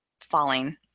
falling